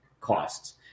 costs